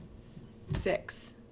six